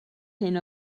hyn